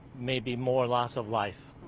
maybe more loss of life.